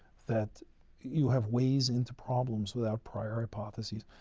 that you have ways into problems without prior hypotheses.